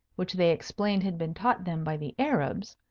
which they explained had been taught them by the arabs,